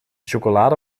chocolade